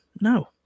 No